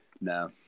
No